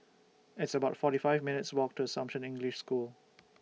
It's about forty five minutes' Walk to Assumption English School